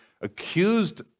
accused